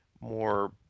more